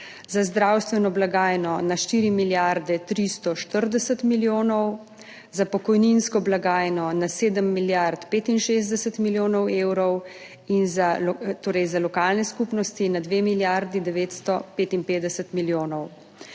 za zdravstveno blagajno na 4 milijarde 340 milijonov, za pokojninsko blagajno na 7 milijard 65 milijonov evrov in za lokalne skupnosti na 2 milijardi 955 milijonov.